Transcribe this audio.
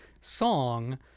song